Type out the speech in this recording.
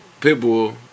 Pitbull